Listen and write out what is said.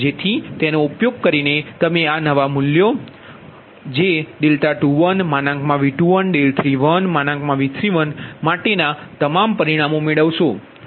જેથી તેનો ઉપયોગ કરીને તમે આ નવા મૂલ્યો 21 V21 31 V31 માટેના તમામ પરિમાણો મેળવશો